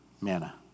manna